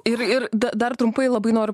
ir ir dar trumpai labai noriu